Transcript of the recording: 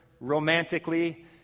romantically